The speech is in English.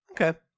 Okay